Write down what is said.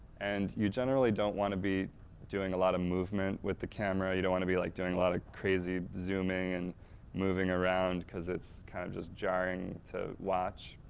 and you generally don't want to be doing a lot of movement with the camera, you don't want to be like doing a lot of crazy zooming, and moving around, because it's kind of just jarring to watch.